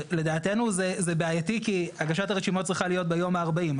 לדעתנו זה בעייתי כי הגשת הרשימות צריכה להיות ביום ה-40.